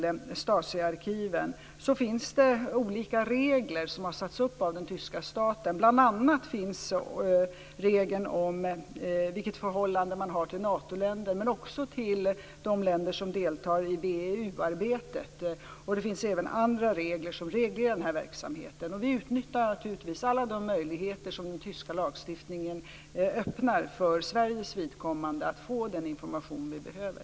Det finns olika regler som har satts upp av den tyska staten i lagstiftningen som styr tillgången till Natoländer men också till de länder som deltar i VEU-arbetet. Det finns även andra regler som reglerar verksamheten. Vi utnyttjar naturligtvis alla de möjligheter som den tyska lagstiftningen öppnar för Sveriges vidkommande att få den information vi behöver.